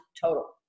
total